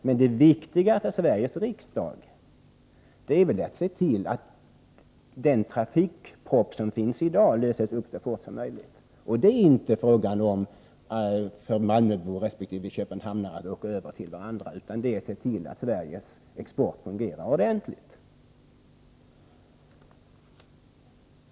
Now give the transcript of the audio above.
Men det viktiga för Sveriges riksdag är väl att se till att den trafikpropp som finns i dag för godstransporterna löses upp så fort som möjligt. Det viktigaste är inte hur malmöbor resp. köpenhamnare kan åka över till varandra, utan det är att se till att Sveriges export fungerar ordentligt.